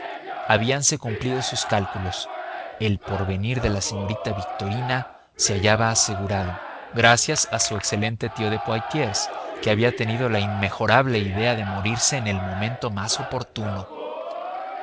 jóvenes habíanse cumplido sus cálculos el porvenir de la señorita victorina se hallaba asegurado gracias a su excelente tío de poitiers que había tenido la inmejorable idea de morirse en el momento más oportuno